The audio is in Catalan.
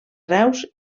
reus